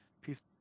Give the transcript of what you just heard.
peace